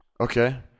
Okay